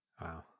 Wow